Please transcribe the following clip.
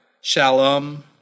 Shalom